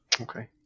Okay